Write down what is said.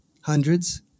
hundreds